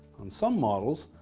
on some models,